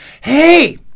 Hey